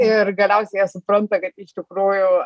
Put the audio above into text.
ir galiausiai jie supranta kad iš tikrųjų